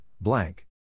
blank